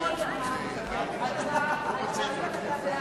אתמול הועלתה הצעה.